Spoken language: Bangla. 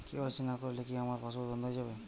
কে.ওয়াই.সি না করলে কি আমার পাশ বই বন্ধ হয়ে যাবে?